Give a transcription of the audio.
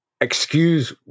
excuse